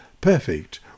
perfect